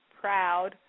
proud